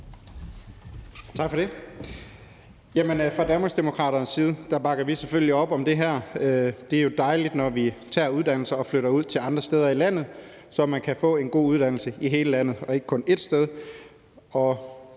Tak for det.